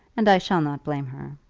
and i shall not blame her.